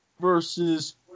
versus